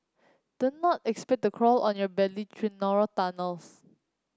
do not expect to crawl on your belly through narrow tunnels